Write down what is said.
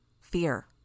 Fear